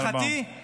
-- לשמחתי,